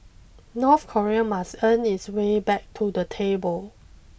North Korea must earn its way back to the table